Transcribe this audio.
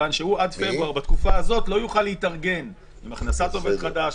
מכיוון שעד פברואר בתקופה הזאת הוא לא יוכל להתארגן עם הכנסת עובד חדש,